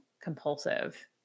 compulsive